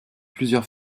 plusieurs